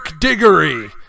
Diggory